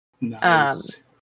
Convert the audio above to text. Nice